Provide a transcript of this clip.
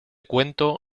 cuento